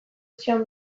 zion